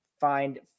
find